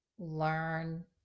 learn